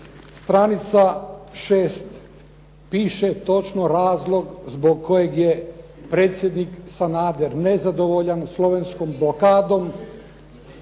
stranica 6, piše točno razlog zbog kojeg je predsjednik Sanader nezadovoljan slovenskom blokadom,